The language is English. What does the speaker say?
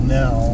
now